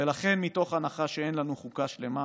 ולכן, מתוך הנחה שאין לנו חוקה שלמה,